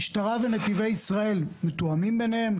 המשטרה ונתיבי ישראל מתואמים ביניהם?